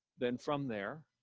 then from there,